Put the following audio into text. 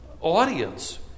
audience